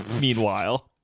Meanwhile